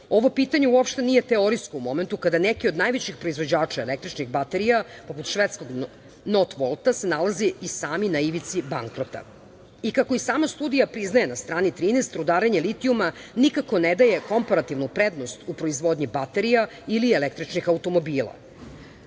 Ovo pitanje nije teorijsko u momentu kada neki od najvećih proizvođača električnih baterija, poput Švedskog Not Volta, se nalaze i sami na ivici bankrota.I kako i sama studija priznaje na strani 13. Litijuma, nikako ne daje komparativnu prednost u proizvodnji baterija ili električnih automobila.